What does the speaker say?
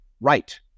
right